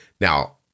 Now